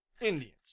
Indians